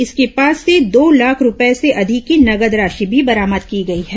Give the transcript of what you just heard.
इसके पास से दो लाख रूपये से अधिक की नगद राशि भी बरामद की गई है